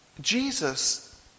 Jesus